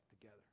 together